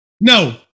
No